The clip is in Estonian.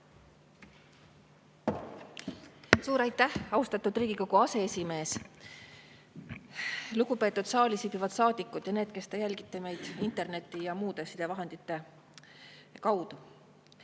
Suur aitäh, austatud Riigikogu aseesimees! Lugupeetud saalis viibivad saadikud ja teie, kes te jälgite meid interneti ja muude sidevahendite kaudu!